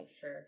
Sure